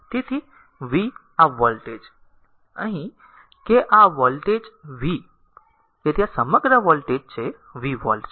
તેથી v આ voltage અહીં કે v આ વોલ્ટેજ તેથી આ સમગ્ર વોલ્ટેજ છે v v વોલ્ટ છે